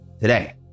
today